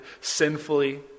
sinfully